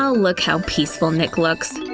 ah look how peaceful nick looks!